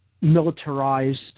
militarized